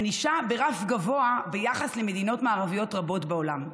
ענישה ברף גבוה ביחס למדינות מערביות רבות בעולם.